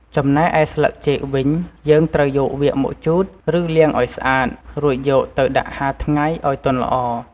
ចំណែកឯស្លឹកចេកវិញ យើងត្រូវយកវាមកជូត ឬលាងឱ្យស្អាត រួចយកទៅដាក់ហាលថ្ងៃឱ្យទន់ល្អ។